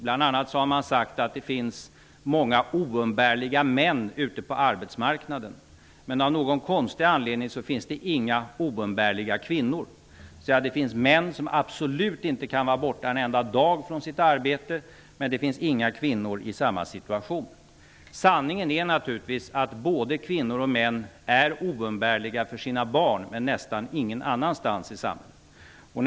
Man har bl.a. sagt att det finns många oumbärliga män ute på arbetsmarknaden. Av någon konstig anledning finns det inga oumbärliga kvinnor. Det finns män som absolut inte kan vara borta en enda dag från sitt arbete, men det finns inga kvinnor i samma situation. Sanningen är naturligtvis att både kvinnor och män är oumbärliga för sina barn men nästan ingen annanstans i samhället.